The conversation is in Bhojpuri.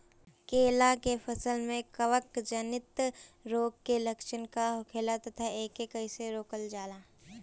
केला के फसल में कवक जनित रोग के लक्षण का होखेला तथा एके कइसे रोकल जाला?